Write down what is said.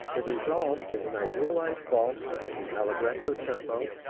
the result is an idealized valse in allegretto tempo,